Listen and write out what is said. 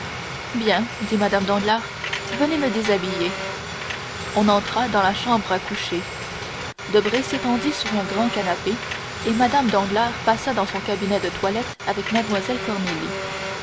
bien dit mme danglars venez me déshabiller on entra dans la chambre à coucher debray s'étendit sur un grand canapé et mme danglars passa dans son cabinet de toilette avec